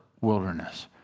wilderness